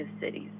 cities